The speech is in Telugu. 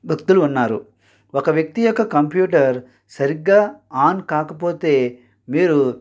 వ్యక్తులు ఉన్నారు ఒక వ్యక్తి యొక్క కంప్యూటర్ సరిగ్గా ఆన్ కాకపోతే మీరు